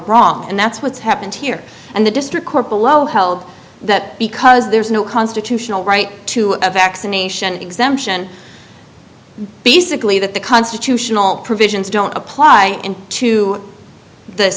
wrong and that's what's happened here and the district court below held that because there is no constitutional right to a vaccination exemption basically that the constitutional provisions don't apply to the